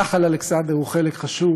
ונחל-אלכסנדר הוא חלק חשוב,